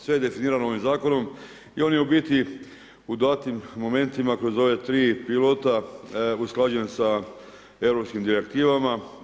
Sve je definirano ovim zakonom i on je u biti u datim momentima kroz ova tri pilota usklađena sa europskim direktivama.